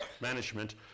management